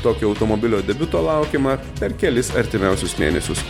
tokio automobilio debiuto laukiama per kelis artimiausius mėnesius